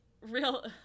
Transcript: real